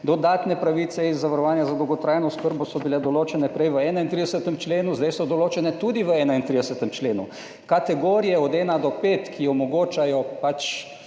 Dodatne pravice iz zavarovanja za dolgotrajno oskrbo so bile določene prej v 31. členu, zdaj so določene tudi v 31. členu. Kategorije od ena do pet, ki omogočajo pač